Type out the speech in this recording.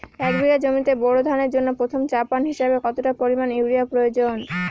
এক বিঘা জমিতে বোরো ধানের জন্য প্রথম চাপান হিসাবে কতটা পরিমাণ ইউরিয়া প্রয়োজন?